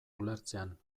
ulertzean